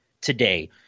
today